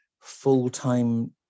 full-time